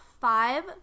five